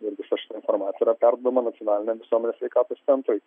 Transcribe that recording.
ir visa šita informacija yra perduodama nacionaliniam visuomenės sveikatos centrui